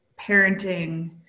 parenting